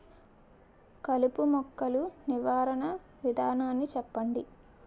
కలుపు మొక్కలు నివారణ విధానాన్ని చెప్పండి?